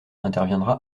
interviendra